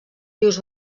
vius